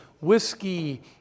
whiskey